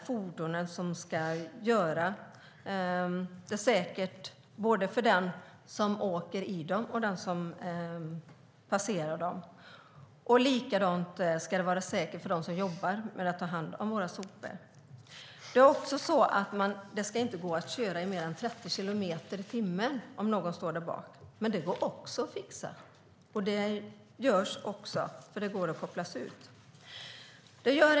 Fordonen, som ska vara säkra både för den åker i dem och för den som passerar dem, betalas med skattemedel. Det ska också vara säkert för den som jobbar med att ta hand om våra sopor. Det ska inte gå att köra i mer än 30 kilometer i timmen om någon står därbak. Men det går också att fixa genom att koppla ur det, vilket man gör.